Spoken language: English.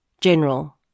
General